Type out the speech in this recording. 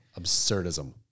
Absurdism